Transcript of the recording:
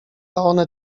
one